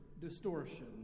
distortion